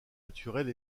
naturelle